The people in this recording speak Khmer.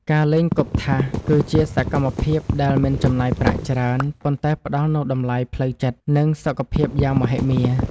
ការលេងគប់ថាស គឺជាសកម្មភាពដែលមិនចំណាយប្រាក់ច្រើន ប៉ុន្តែផ្ដល់នូវតម្លៃផ្លូវចិត្ត និងសុខភាពយ៉ាងមហិមា។